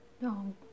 no